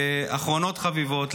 ואחרונות חביבות,